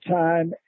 time